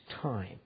time